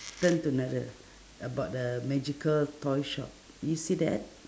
turn to another about the magical toy shop you see that